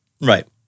Right